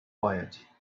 quiet